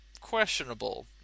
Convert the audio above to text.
questionable